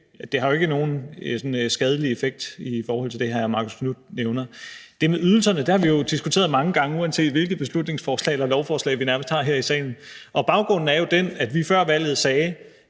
det jo ikke nogen sådan skadelig effekt i forhold til det, hr. Marcus Knuth nævner. Det med ydelserne har vi jo diskuteret mange gange, nærmest uanset hvilket beslutningsforslag eller lovforslag vi har haft her i salen, og baggrunden er jo den, at vi før valget sagde,